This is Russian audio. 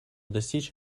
достичь